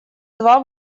два